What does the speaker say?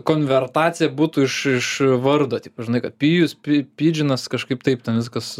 konvertacija būtų iš iš vardo tik žinai kad pijus pi pidžinas kažkaip taip ten viskas